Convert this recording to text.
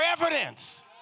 evidence